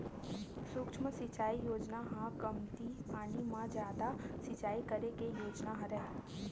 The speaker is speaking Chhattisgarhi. सुक्ष्म सिचई योजना ह कमती पानी म जादा सिचई करे के योजना हरय